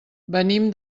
venim